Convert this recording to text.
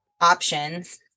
options